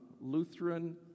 Lutheran